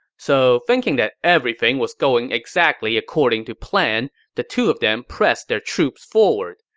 so, thinking that everything was going exactly accordingly to plan, the two of them pressed their troops forward.